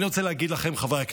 אני רוצה להגיד לכם, חברי הכנסת,